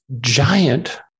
giant